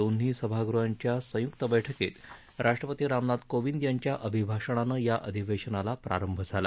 दोन्ही सभागृहांच्या संयुक्त बैठकीत राष्ट्रपती रामनाथ कोविंद यांच्या अभिभाषणानं या अधिवेशनाला प्रारंभ झाला